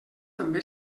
també